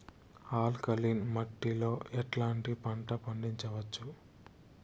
Alkaline మట్టి లో ఎట్లాంటి పంట పండించవచ్చు,?